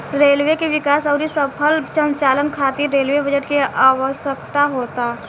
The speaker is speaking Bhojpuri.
रेलवे के विकास अउरी सफल संचालन खातिर रेलवे बजट के आवसकता होला